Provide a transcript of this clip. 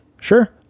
sure